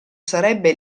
sarebbe